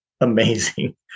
amazing